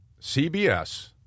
CBS